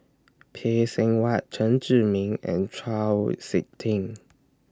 Phay Seng Whatt Chen Zhiming and Chau Sik Ting